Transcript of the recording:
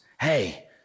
hey